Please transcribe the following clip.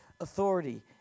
authority